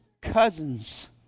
cousins